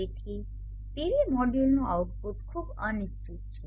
તેથી તેથી PV મોડ્યુલનું આઉટપુટ ખૂબ અનિશ્ચિત છે